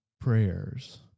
prayers